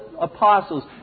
apostles